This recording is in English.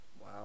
Wow